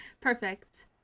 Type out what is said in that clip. Perfect